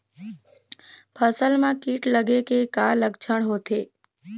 फसल म कीट लगे के का लक्षण होथे?